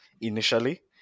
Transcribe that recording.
initially